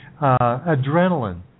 adrenaline